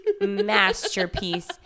masterpiece